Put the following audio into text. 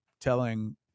telling